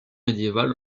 médiéval